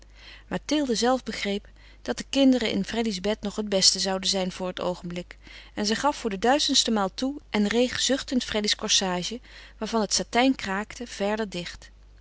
mathilde zelve begreep dat de kinderen in freddy's bed nog het beste zouden zijn voor het oogenblik en zij gaf voor de duizendste maal toe en reeg zuchtend freddy's corsage waarvan het satijn kraakte verder dicht